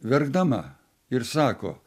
verkdama ir sako